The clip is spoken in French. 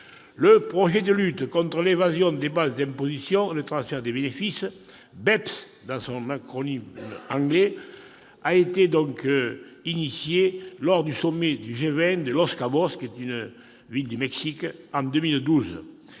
Le projet de lutte contre l'érosion des bases d'imposition et le transfert des bénéfices- BEPS dans son acronyme anglais -a été initié lors du sommet du G20 de Los Cabos, au Mexique, en 2012.